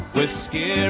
Whiskey